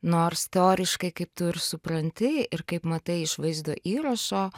nors teoriškai kaip tu ir supranti ir kaip matai iš vaizdo įrašo